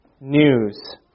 news